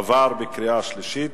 עברה בקריאה שלישית,